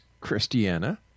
Christiana